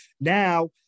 Now